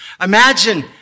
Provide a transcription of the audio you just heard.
Imagine